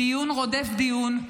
דיון רודף דיון,